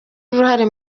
uruhare